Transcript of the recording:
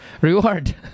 reward